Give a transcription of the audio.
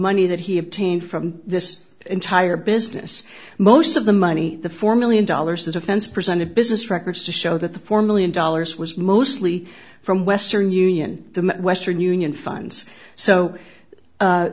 money that he obtained from this entire business most of the money the four million dollars the defense presented business records to show that the four million dollars was mostly from western union the western union funds so